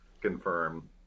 confirm